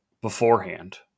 beforehand